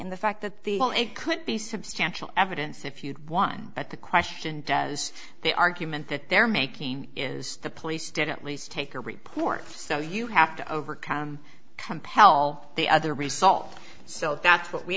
in the fact that the well it could be substantial evidence if you'd won but the question does the argument that they're making is the police didn't least take a report so you have to overcome compel the other result so that's what we